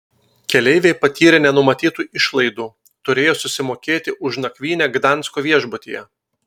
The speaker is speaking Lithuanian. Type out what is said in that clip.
keleiviai patyrė nenumatytų išlaidų turėjo susimokėti už nakvynę gdansko viešbutyje